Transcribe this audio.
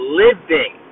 living